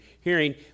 hearing